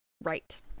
right